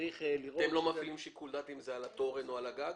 --- אתם לא מפעילים שיקול דעת אם זה על התורן או על הגג?